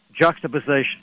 juxtaposition